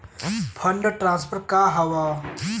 Fund transfer का हव?